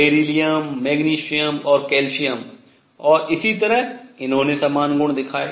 beryllium magnesium और calcium और इसी तरह उन्होंने समान गुण दिखाए